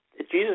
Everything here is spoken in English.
Jesus